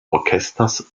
orchesters